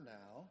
now